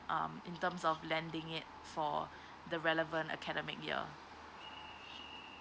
um in terms of lending it for the relevant academic year